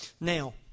Now